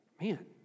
man